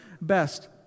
best